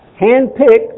handpicked